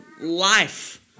life